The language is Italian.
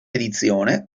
edizione